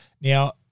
Now